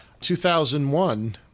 2001